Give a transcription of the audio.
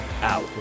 out